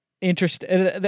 interesting